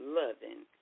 loving